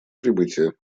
прибытия